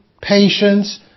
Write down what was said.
patience